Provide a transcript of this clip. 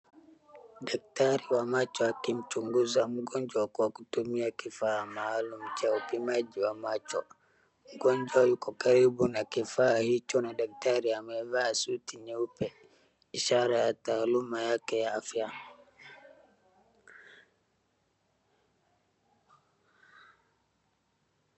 Daktari wa macho akimchunguza mgonjwa kwa kutumia kifaa maalum cha upimaji wa macho. Mgonjwa yuko karibu na kifaa hicho na daktari amevaa suti nyeupe ishara ya taaluma yake ya afya.